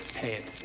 pay it.